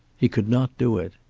he could not do it.